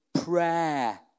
Prayer